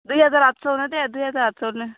दुइ हाजार आथस'आवनो दे दुइ हाजार आथस'आवनो